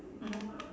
mmhmm